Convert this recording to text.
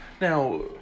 Now